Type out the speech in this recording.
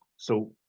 so,